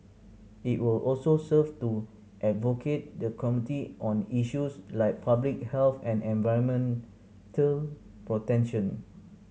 it will also serve to advocate the community on issues like public health and environmental